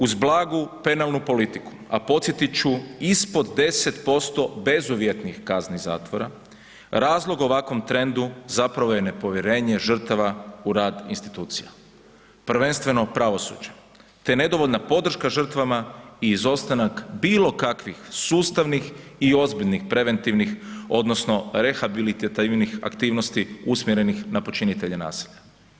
Uz blagu penalnu politiku, a podsjetit ću, ispod 10% bezuvjetnih kazni zatvora, razlog ovakvom trendu zapravo je nepovjerenje žrtava u rad institucija, prvenstveno pravosuđe, te nedovoljna podrška žrtvama i izostanak bilo kakvih sustavnih i ozbiljnih preventivnih odnosno rehabilitativnih aktivnosti usmjerenih na počinitelje nasilja.